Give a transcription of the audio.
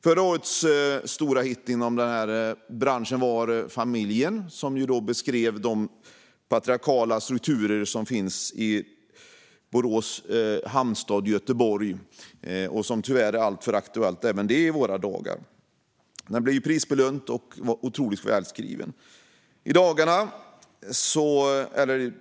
Förra årets stora hit inom den här branschen var boken Familjen , som beskrev de patriarkala strukturer som finns i Borås hamnstad Göteborg och som tyvärr är alltför aktuella i våra dagar. Den är prisbelönt och otroligt välskriven.